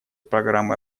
программы